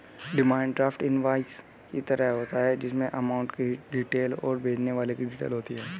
demand draft invoice की तरह होता है जिसमे अमाउंट की डिटेल और भेजने वाले की डिटेल होती है